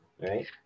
right